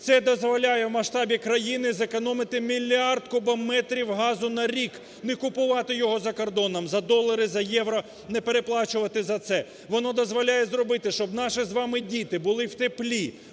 Це дозволяє в масштабі країни зекономити мільярд кубометрів газу на рік, не купувати його за кордоном за долари, за євро, не переплачувати за це, воно дозволяє зробити, щоб наші з вами діти були в теплі,